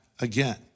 again